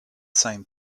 same